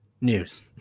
news